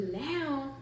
now